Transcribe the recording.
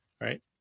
Right